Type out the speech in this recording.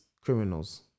criminals